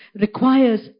requires